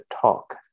talk